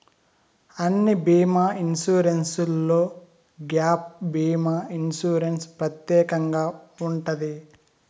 అన్ని బీమా ఇన్సూరెన్స్లో గ్యాప్ భీమా ఇన్సూరెన్స్ ప్రత్యేకంగా ఉంటది